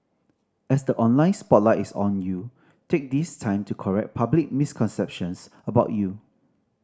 as the online spotlight is on you take this time to correct public misconceptions about you